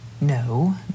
No